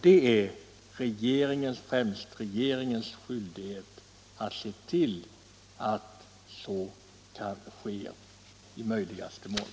Det är främst regeringens skyldighet att se till att så sker i möjligaste mån.